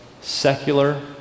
secular